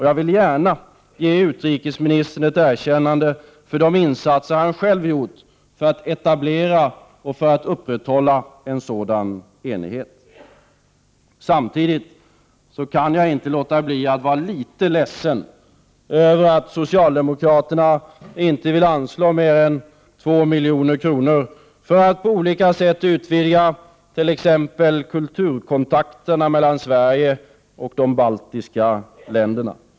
Jag vill gärna ge utrikesministern ett erkännande för de insatser som han själv gjort för att etablera och upprätthålla en sådan enighet. Samtidigt kan jag inte låta bli att vara litet ledsen över att socialdemokraterna inte vill anslå mer än 2 milj.kr. för att på olika sätt utvidga t.ex. kulturkontakterna mellan Sverige och de baltiska länderna.